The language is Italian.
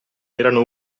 erano